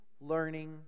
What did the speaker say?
learning